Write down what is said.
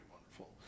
wonderful